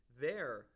there